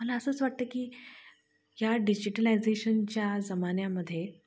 मला असंच वाटतं की या डिजिटलायझेशनच्या जमान्यामध्ये